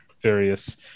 various